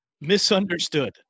misunderstood